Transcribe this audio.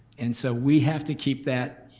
and so we have to keep that